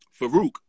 Farouk